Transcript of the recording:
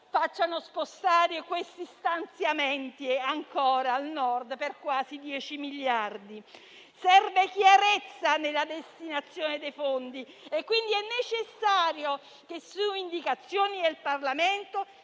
facciano spostare gli stanziamenti ancora al Nord, per quasi 10 miliardi. Serve chiarezza nella destinazione dei fondi e quindi è necessario che, su indicazione del Parlamento,